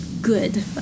good